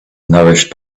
nourished